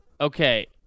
Okay